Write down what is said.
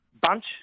bunch